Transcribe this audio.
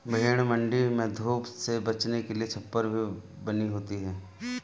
भेंड़ मण्डी में धूप से बचने के लिए छप्पर भी बनी होती है